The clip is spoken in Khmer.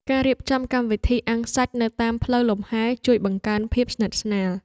ការរៀបចំកម្មវិធីអាំងសាច់ នៅតាមផ្ទះលំហែជួយបង្កើនភាពស្និទ្ធស្នាល។